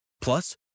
Plus